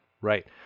Right